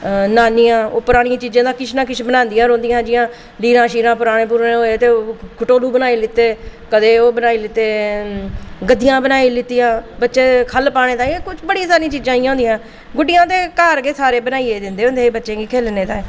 नानियां ओह् परानियां चीज़ां दा किश ना किश बनादियां रौहंदियां जि'यां लीरां शीरां पराने होए ते खटोलू बनाई लैते कदें ओह् बनाई लैते गद्दियां बनाई लैतियां बच्चें ई ख'ल्ल पाने ताहीं बड़ी सारी चीज़ां इं'या होंदियां गुड्डियां ते घर गै सारे बनाई दिंदे हे बच्चें ताहीं खेल्लसने लेई